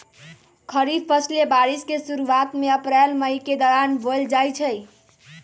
खरीफ फसलें बारिश के शुरूवात में अप्रैल मई के दौरान बोयल जाई छई